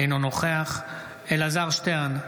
אינו נוכח אלעזר שטרן,